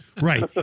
right